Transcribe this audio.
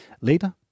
Later